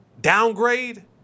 downgrade